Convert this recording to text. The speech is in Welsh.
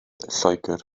lloegr